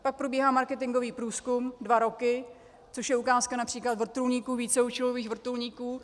Pak probíhá marketingový průzkum dva roky, což je ukázka například víceúčelových vrtulníků.